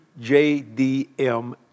JDM